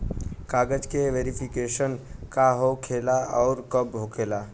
कागज के वेरिफिकेशन का हो खेला आउर कब होखेला?